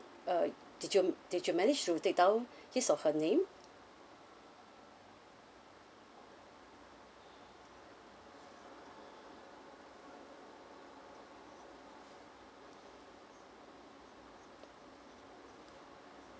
uh did you did you manage to take down his or her name